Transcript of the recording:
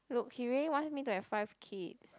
look he really want me to have five kids